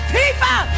people